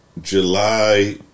July